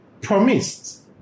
promised